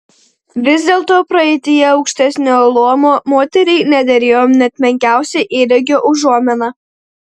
vis dėlto praeityje aukštesnio luomo moteriai nederėjo net menkiausia įdegio užuomina